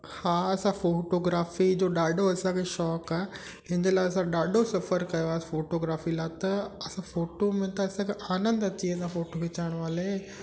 हा असां फ़ोटोग्राफ़ी जो ॾाढो असांखे शौक़ु आहे जंहिं जे लाइ असां ॾाढो सफ़र कयो आहे फ़ोटोग्राफ़ी लाइ त असां फ़ोटो में त असांखे आनंदु अची वेंदो आहे फ़ोटो खिचाइण महिल